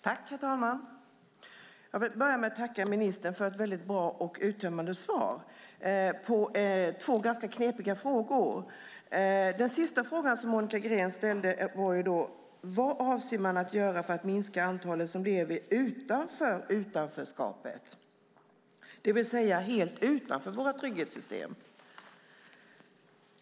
Herr talman! Jag vill börja med att tacka ministern för väldigt bra och uttömmande svar på två ganska knepiga frågor. Monica Greens sista fråga var: Vad avser man att göra för att minska antalet som lever utanför utanförskapet - det vill säga helt utanför våra trygghetssystem?